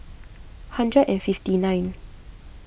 hundred and fifty nine